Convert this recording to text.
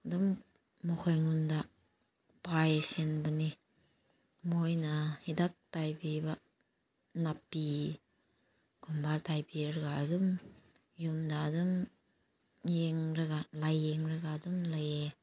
ꯑꯗꯨꯝ ꯃꯈꯣꯏ ꯑꯩꯉꯣꯟꯗ ꯄꯥꯏꯁꯤꯟꯕꯅꯤ ꯃꯣꯏꯅ ꯍꯤꯗꯥꯛ ꯇꯩꯕꯤꯕ ꯅꯥꯄꯤꯒꯨꯝꯕ ꯇꯩꯕꯤꯔꯒ ꯑꯗꯨꯝ ꯌꯨꯝꯗ ꯑꯗꯨꯝ ꯌꯦꯡꯂꯒ ꯂꯥꯏꯌꯦꯡꯂꯒ ꯑꯗꯨꯝ ꯂꯩꯌꯦ